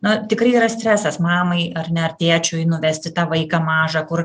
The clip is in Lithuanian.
na tikrai yra stresas mamai ar ne ar tėčiui nuvesti tą vaiką mažą kur